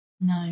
No